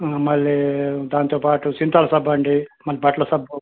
మళ్ళీ దాంతో పాటు సింతాల్ సబ్బండి మళ్ళీ బట్టల సబ్బు